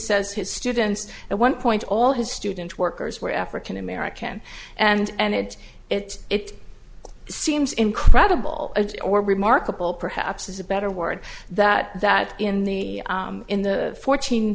says his students at one point all his student workers were african american and it it it seems incredible or remarkable perhaps is a better word that that in the in the fourteen